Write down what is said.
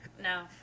no